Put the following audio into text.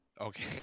Okay